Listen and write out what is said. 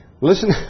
Listen